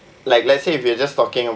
like let's say if you're just talking